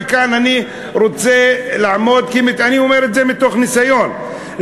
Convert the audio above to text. אני אומר את זה מתוך ניסיון,